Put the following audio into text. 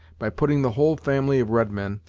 by putting the whole family of redmen,